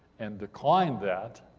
and declined that,